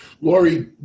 Lori